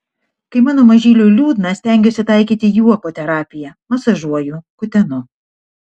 kai mano mažyliui liūdna stengiuosi taikyti juoko terapiją masažuoju kutenu